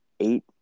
Eight